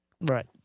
Right